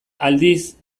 aldiz